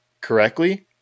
correctly